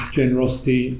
generosity